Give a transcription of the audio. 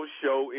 show